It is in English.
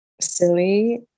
silly